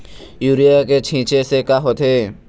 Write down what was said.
Urea के छींचे से का होथे?